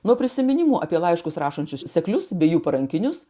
nuo prisiminimų apie laiškus rašančius seklius bei jų parankinius